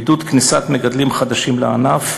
עידוד כניסת מגדלים חדשים לענף,